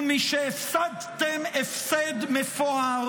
ומשהפסדתם הפסד מפואר,